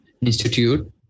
institute